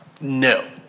No